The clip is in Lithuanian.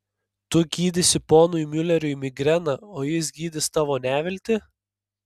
tu gydysi ponui miuleriui migreną o jis gydys tavo neviltį